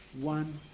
one